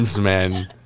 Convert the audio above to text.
man